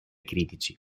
critici